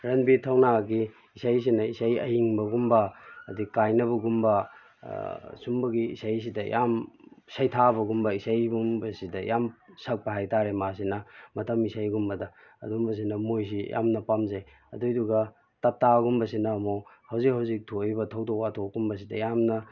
ꯔꯟꯕꯤꯔ ꯊꯧꯅꯥꯒꯤ ꯏꯁꯩꯁꯤꯅ ꯏꯁꯩ ꯑꯏꯪꯕꯒꯨꯝꯕ ꯑꯗꯨꯗꯩ ꯀꯥꯏꯅꯕꯒꯨꯝꯕ ꯑꯁꯨꯝꯕꯒꯤ ꯏꯁꯩꯁꯤꯗ ꯌꯥꯝ ꯁꯩꯊꯥꯕꯒꯨꯝꯕ ꯏꯁꯩꯒꯨꯝꯕꯁꯤꯗ ꯌꯥꯝ ꯁꯛꯄ ꯍꯥꯏꯕꯇꯥꯔꯦ ꯃꯥꯁꯤꯅ ꯃꯇꯝ ꯏꯁꯩꯒꯨꯝꯕꯗ ꯑꯗꯨꯒꯨꯝꯕꯁꯤꯅ ꯃꯣꯏꯁꯤ ꯌꯥꯝꯅ ꯄꯥꯝꯖꯩ ꯑꯗꯨꯒꯤꯗꯨꯒ ꯇꯞꯇꯥꯒꯨꯝꯕꯁꯤꯅ ꯑꯃꯨꯛ ꯍꯧꯖꯤꯛ ꯍꯧꯖꯤꯛ ꯊꯣꯛꯏꯕ ꯊꯧꯗꯣꯛ ꯋꯥꯊꯣꯛꯀꯨꯝꯕꯁꯤꯗ ꯌꯥꯝꯅ